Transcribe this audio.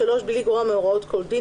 (3)בלי לגרוע מהוראות כל דין,